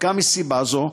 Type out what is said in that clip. דווקא מסיבה זו,